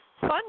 fun